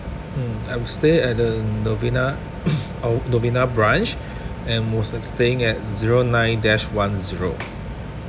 mm I was stay at the novena oh novena branch and was t~ staying at zero nine dash one zero